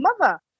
mother